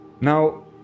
Now